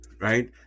right